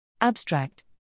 Abstract